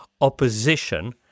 opposition